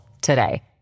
today